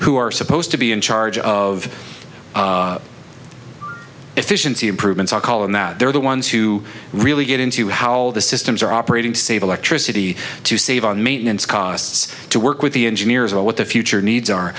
who are supposed to be in charge of efficiency improvements are calling that they're the ones who really get into how the systems are operating to save electricity to save on maintenance costs to work with the engineers and what the future needs are